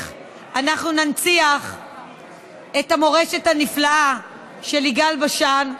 אנחנו ננציח את המורשת הנפלאה של יגאל בשן.